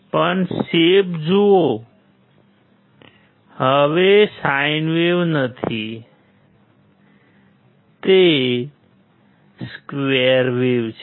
પણ શેપ છે